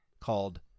called